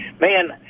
man